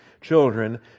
children